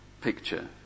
picture